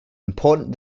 important